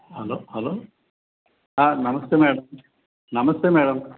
hello hello నమస్తే madam నమస్తే madam